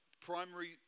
primary